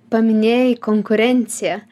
paminėjai konkurenciją